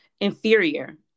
inferior